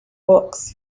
books